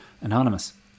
Anonymous